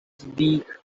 beak